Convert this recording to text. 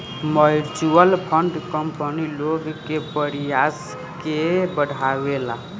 mutual fund company लोग के पयिसा के बढ़ावेला